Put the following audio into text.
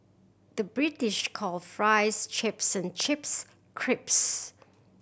the British calls fries chips and chips crisps